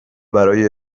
برای